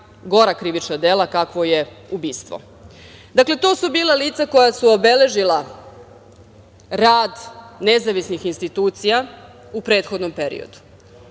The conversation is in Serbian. najgora krivična dela, kakvo je ubistvo. Dakle, to su bila lica koja su obeležila rad nezavisnih institucija u prethodnom periodu.